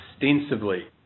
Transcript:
extensively